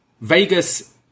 Vegas